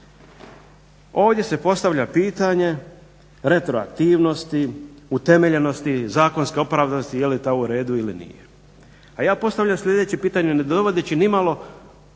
Ovdje se postavlja pitanje retroaktivnosti, utemeljenosti, zakonske opravdanosti je li to u redu ili nije. A ja postavljam sljedeće pitanje ne dovodeći ni malo